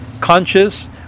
conscious